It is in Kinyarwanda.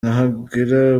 nahagera